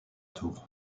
tour